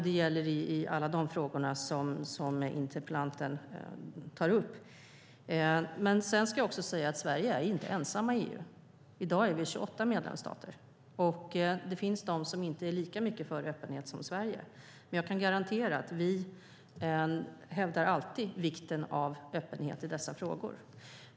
Det gäller i alla de frågor som interpellanten tar upp. Men jag ska också säga att Sverige inte är ensamt i EU. I dag är vi 28 medlemsstater, och det finns de som inte är lika mycket för öppenhet som Sverige. Jag kan dock garantera att vi alltid hävdar vikten av öppenhet i dessa frågor.